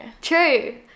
True